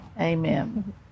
Amen